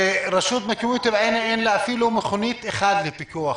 לרשות המקומית אין אפילו מכונית אחת לפיקוח,